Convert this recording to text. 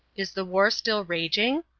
is the war still raging?